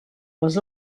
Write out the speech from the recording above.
les